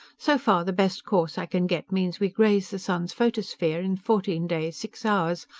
so far, the best course i can get means we graze the sun's photosphere in fourteen days six hours,